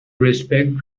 respect